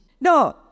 No